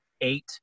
Eight